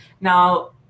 Now